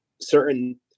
certain